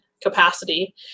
capacity